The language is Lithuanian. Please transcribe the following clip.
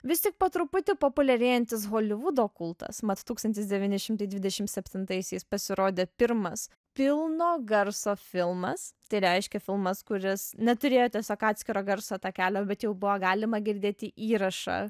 vis tik po truputį populiarėjantis holivudo kultas mat tūkstantis devyni šimtai dvidešimt septintaisiais pasirodė pirmas pilno garso filmas tai reiškia filmas kuris neturėjo tiesiog atskiro garso takelio bet jau buvo galima girdėti įrašą